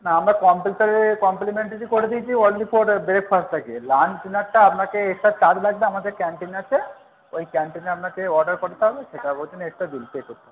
না আমরা কমপ্লিমেন্টারি করে দিয়েছি অনলি ফর ব্রেকফাস্টটাকে লাঞ্চ ডিনারটা আপনাকে এক্সট্রা চার্জ লাগবে আমাদের ক্যান্টিন আছে ওই ক্যান্টিনে আপনাকে অর্ডার করতে হবে খেতে হবে ওর জন্য এক্সট্রা বিল পে করতে হবে